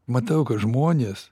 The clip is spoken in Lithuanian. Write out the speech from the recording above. matau kad žmonės